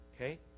Okay